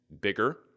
bigger